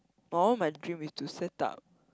all my dream is to set up